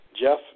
Jeff